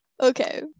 Okay